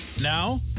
Now